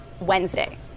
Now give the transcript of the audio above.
Wednesday